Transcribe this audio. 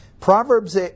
Proverbs